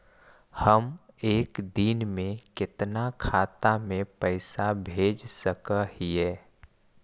हम एक दिन में कितना खाता में पैसा भेज सक हिय?